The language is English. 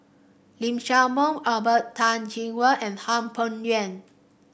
Lee Shao Meng Robert Tan Jee Keng and Hwang Peng Yuan